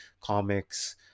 comics